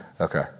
Okay